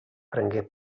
prengué